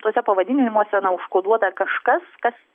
tuose pavadinimuose na užkoduota kažkas kas